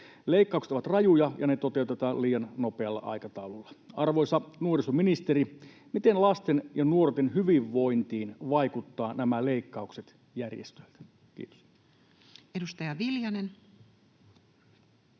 Leikkaukset ovat rajuja, ja ne toteutetaan liian nopealla aikataululla. Arvoisa nuorisoministeri, miten lasten ja nuorten hyvinvointiin vaikuttavat nämä leikkaukset järjestöiltä? — Kiitos. [Speech